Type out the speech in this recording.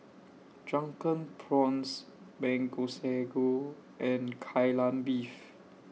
Drunken Prawns Mango Sago and Kai Lan Beef